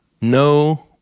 No